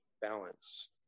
balance